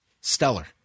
Stellar